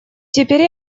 теперь